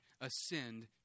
ascend